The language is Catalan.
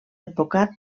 advocat